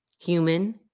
human